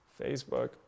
Facebook